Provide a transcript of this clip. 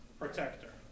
protector